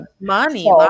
money